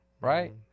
right